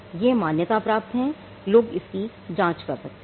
यह मान्यता प्राप्त है लोग इसकी जांच कर सकते हैं